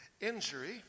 Injury